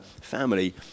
family